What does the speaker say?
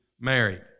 married